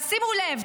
אז שימו לב,